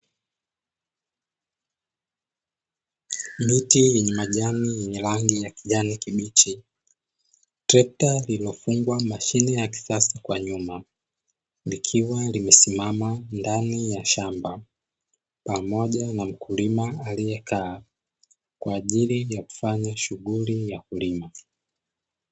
Miti yenye majani ya rangi ya kijani kibichi, trekta imefungwa mashine ya kisasa kwa nyuma, likiwa limesimama ndani ya shamba pamoja na mkulima aliyeka kwa ajili ya kufanya shughuli ya kulima.